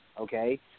okay